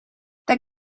that